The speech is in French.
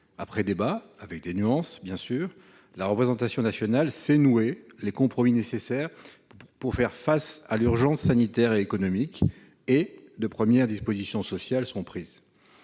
après débat, bien sûr avec des nuances, la représentation nationale sait nouer les compromis nécessaires pour faire face à l'urgence sanitaire et économique, et de premières dispositions sociales sont prises.